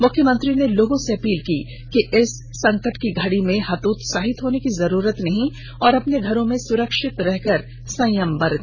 मुख्यमंत्री ने लोगों से अपील की है कि इस संकट की घड़ी में हतोत्साहित होने की जरूरत नहीं और अपने घरों में सुरक्षित रहकर संयम बरते